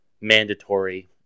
mandatory